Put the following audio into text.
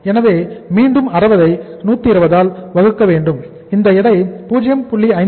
எனவே மீண்டும் 60 ஐ 120 ஆல் வகுக்க வேண்டும் இந்த எடை மீண்டும் 0